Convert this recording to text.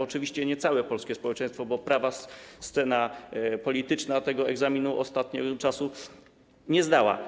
Oczywiście nie całe polskie społeczeństwo, bo prawa strona sceny politycznej tego egzaminu ostatniego czasu nie zdała.